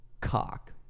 Cock